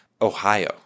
Ohio